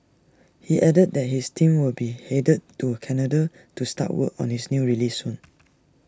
he added that his team will be headed to Canada to start work on his new release soon